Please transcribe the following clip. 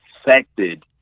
affected